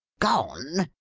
gone?